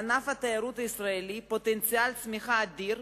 לענף התיירות הישראלי פוטנציאל צמיחה אדיר,